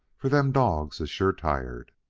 for them dawgs is sure tired.